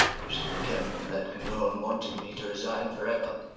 christopher kempenflatt can go on wanting me to resign forever.